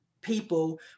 people